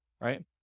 right